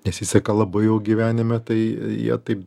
nesiseka labai jau gyvenime tai jie taip